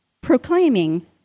proclaiming